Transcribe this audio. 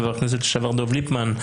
חבר הכנסת לשעבר דב ליפמן.